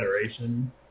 federation